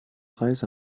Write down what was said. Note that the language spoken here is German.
reis